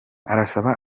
arasaba